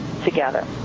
together